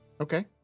okay